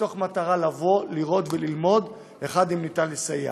במטרה לראות וללמוד אם אפשר לסייע.